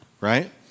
right